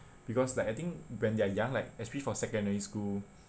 because like I think when they're young like especially for secondary school